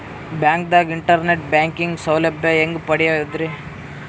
ಬ್ಯಾಂಕ್ದಾಗ internet banking ಸೌಲಭ್ಯ ಹೆಂಗ್ ಪಡಿಯದ್ರಿ?